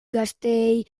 gazteei